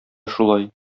шулай